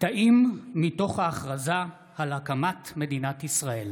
קטעים מתוך ההכרזה על הקמת מדינת ישראל